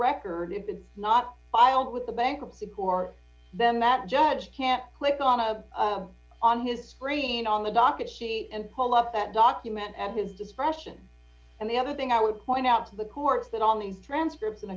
record it's not filed with the bankruptcy court then that judge can't click on a on his screen on the docket sheet and pull up that document at his discretion and the other thing i would point out to the courts that on these transcripts and